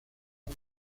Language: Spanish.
por